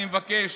אני מבקש,